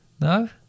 No